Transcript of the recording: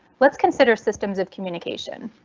let's consider systems of communication.